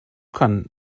kan